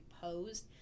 posed